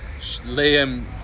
Liam